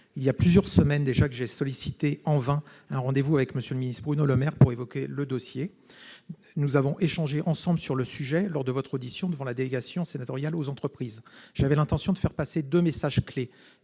Il y a plusieurs semaines déjà, j'ai sollicité- en vain -un rendez-vous avec le ministre Bruno Le Maire pour évoquer ce dossier. Nous avons, en outre, échangé sur le sujet lors de votre audition devant la délégation sénatoriale aux entreprises. J'avais l'intention de faire passer deux messages clés.